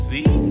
See